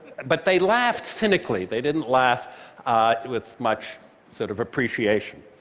but they laughed cynically, they didn't laugh with much sort of appreciation.